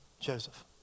Joseph